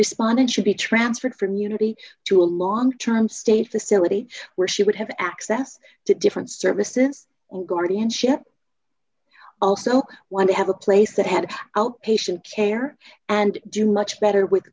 responded should be transferred from unity to a long term state facility where she would have access to different services or guardianship also want to have a place that had outpatient care and do much better with